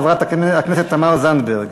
חברת הכנסת תמר זנדברג.